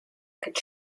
could